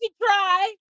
try